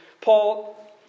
Paul